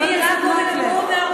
יש רק מסתייג אחד.